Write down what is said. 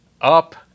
up